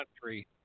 country